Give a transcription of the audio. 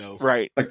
Right